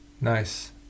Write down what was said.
Nice